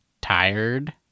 tired